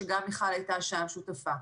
שגם מיכל הייתה שם שותפה.